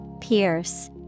Pierce